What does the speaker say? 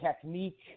technique